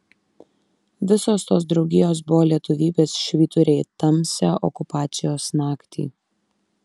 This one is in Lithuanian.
visos tos draugijos buvo lietuvybės švyturiai tamsią okupacijos naktį